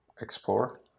explore